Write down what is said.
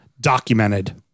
documented